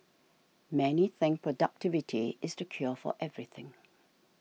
many think productivity is the cure for everything